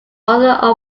author